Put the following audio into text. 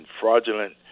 fraudulent